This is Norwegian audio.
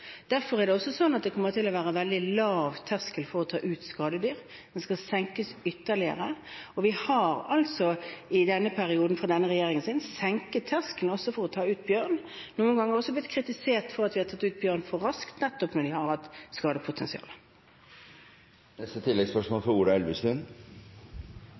Derfor kommer det til å være en veldig lav terskel for å ta ut skadedyr. Den skal senkes ytterligere. Vi har i denne regjeringens periode senket terskelen også for å ta ut bjørn. Noen ganger har vi blitt kritisert for at vi har tatt ut bjørn for raskt, nettopp når de har hatt skadepotensial. Ola Elvestuen